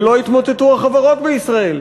ולא התמוטטו החברות בישראל,